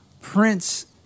Prince